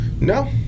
No